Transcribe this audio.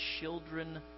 children